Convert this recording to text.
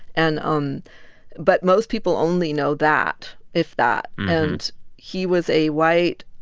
and um but most people only know that, if that and he was a white,